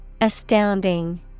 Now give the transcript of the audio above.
Astounding